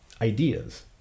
ideas